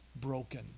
broken